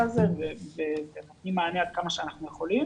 הזה ונותנים מענה עד כמה שאנחנו יכולים.